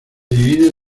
divide